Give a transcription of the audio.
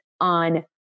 on